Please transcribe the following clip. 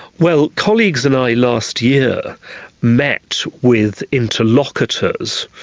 well, colleagues and i last year met with interlocutors,